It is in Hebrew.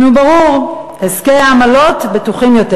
נו, ברור, עסקי העמלות בטוחים יותר.